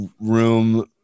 room